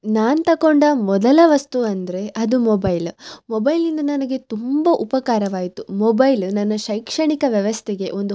ನಾನು ತಗೊಂಡ ಮೊದಲ ವಸ್ತು ಅಂದರೆ ಅದು ಮೊಬೈಲ ಮೊಬೈಲ್ನಿಂದ ನನಗೆ ತುಂಬ ಉಪಕಾರವಾಯಿತು ಮೊಬೈಲ ನನ್ನ ಶೈಕ್ಷಣಿಕ ವ್ಯವಸ್ಥೆಗೆ ಒಂದು